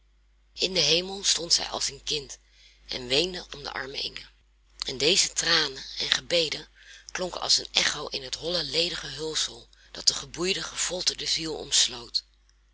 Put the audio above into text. in den hemel stond zij als een kind en weende om de arme inge en deze tranen en gebeden klonken als een echo in het holle ledige hulsel dat de geboeide gefolterde ziel omsloot